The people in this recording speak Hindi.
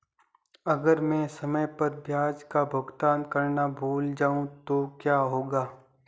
अगर मैं समय पर ब्याज का भुगतान करना भूल जाऊं तो क्या होगा?